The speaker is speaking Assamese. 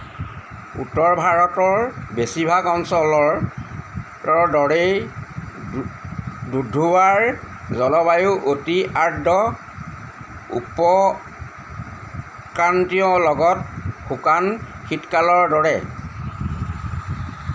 উত্তৰ ভাৰতৰ বেছিভাগ অঞ্চলৰ দৰেই দুধুৱাৰ জলবায়ু অতি আৰ্দ্ৰ উপ ক্ৰান্তীয়ৰ লগত শুকান শীতকালৰ দৰে